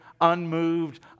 unmoved